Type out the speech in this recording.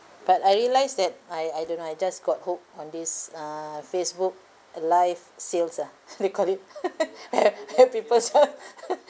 but I realised that I I don't know I just got hooked on this uh Facebook uh live sales ah what you call it ha~ happy person